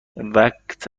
وقت